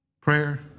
prayer